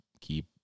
keep